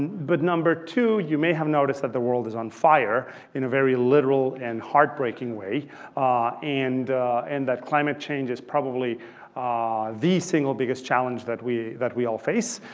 but number two, you may have noticed that the world is on fire in a very literal and heartbreaking way and in and that climate change is probably the single biggest challenge that we that we all face.